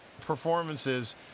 performances